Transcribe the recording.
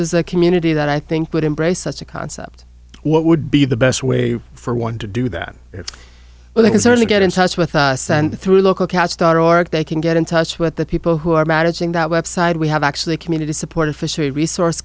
a community that i think would embrace such a concept what would be the best way for one to do that well they can certainly get in touch with us and through local cats dot org they can get in touch with the people who are matching that website we have actually community supported fishery resource